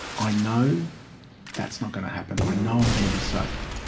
i know that's not going to happen, i know i'm going to be safe,